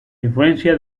influencia